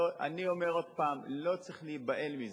אני אומר עוד פעם: לא צריך להיבהל מזה.